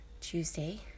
Tuesday